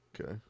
Okay